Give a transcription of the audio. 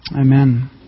Amen